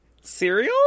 Cereal